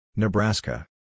Nebraska